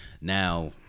Now